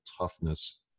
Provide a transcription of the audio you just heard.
toughness